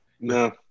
no